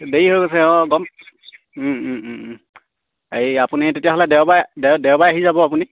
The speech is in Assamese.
দেৰি হৈ গৈছে অঁ গম এই আপুনি তেতিয়াহ'লে দেওবাৰে দেওবাৰে আহি যাব আপুনি